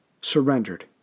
surrendered